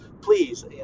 please